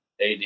AD